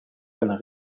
von